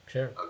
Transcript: Sure